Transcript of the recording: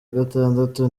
gatandatu